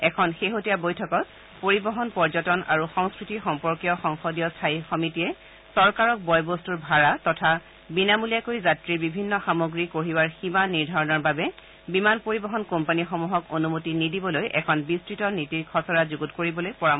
এখন শেহতীয়া বৈঠকত পৰিবহণ পৰ্যটন আৰু সংস্বতি সম্পৰ্কীয় সংসদীয় স্থায়ী সমিতিয়ে চৰকাৰক বয় বস্তৰ ভাড়া তথা বিনামূলীয়াকৈ যাত্ৰীৰ বিভিন্ন সামগ্ৰী কঢ়িওৱাৰ সীমা নিৰ্ধাৰণৰ বাবে বিমান পৰিবহণ কোম্পানীসমূহক অনুমতি নিদিবলৈ এক বিস্তৃত নীতিৰ খচৰা যুগুত কৰিবলৈ পৰামৰ্শ আগবঢ়াইছে